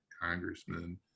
congressmen